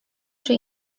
czy